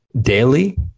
daily